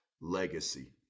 legacy